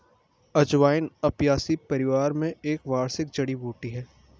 अजवाइन अपियासी परिवार में एक वार्षिक जड़ी बूटी है